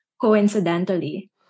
coincidentally